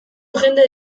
jende